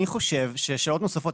אני חושב ששעות נוספות,